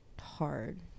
hard